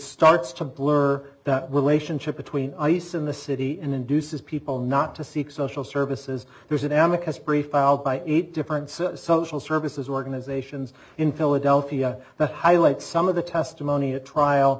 starts to blur that will ation ship between ice in the city and induces people not to seek social services there's an advocacy brief filed by eight different set social services organizations in philadelphia that highlight some of the testimony at trial